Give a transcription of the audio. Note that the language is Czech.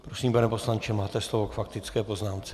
Prosím, pane poslanče, máte slovo k faktické poznámce.